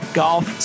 golf